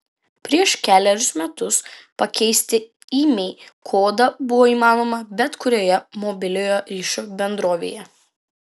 prieš kelerius metus pakeisti imei kodą buvo įmanoma bet kurioje mobiliojo ryšio bendrovėje